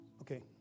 Okay